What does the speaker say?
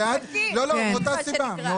לא לא, מאותה סיבה.